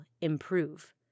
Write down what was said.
improve